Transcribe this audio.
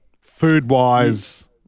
food-wise